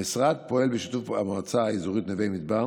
המשרד פועל בשיתוף המועצה האזורית נווה מדבר